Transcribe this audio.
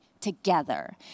together